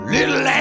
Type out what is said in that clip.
Little